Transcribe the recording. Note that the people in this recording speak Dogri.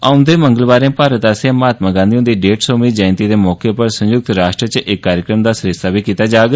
औंदे मंगलवारें भारत आसेआ महात्मा गांधी हंदी डेढ़ सौ मीं जयंती दे मौके उप्पर संयुक्त राश्ट्र च इक कार्यक्रम दा आयोजन बी कीता जाग